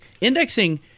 Indexing